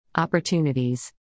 Opportunities